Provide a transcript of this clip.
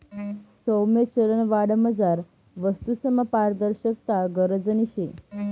सौम्य चलनवाढमझार वस्तूसमा पारदर्शकता गरजनी शे